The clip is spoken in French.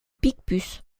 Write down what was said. picpus